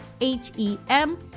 H-E-M